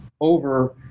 over